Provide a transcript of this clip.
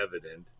evident